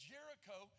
Jericho